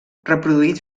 reproduït